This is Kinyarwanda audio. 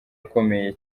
akomeye